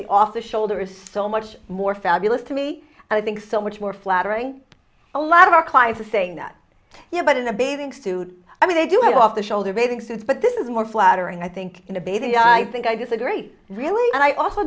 the off the shoulder is so much more fabulous to me and i think so much more flattering a lot of our clients are saying that yeah but in a bathing suit i mean they do have off the shoulder bathing suits but this is more flattering i think in a baby i think i disagree really and i also